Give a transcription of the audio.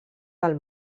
del